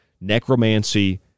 necromancy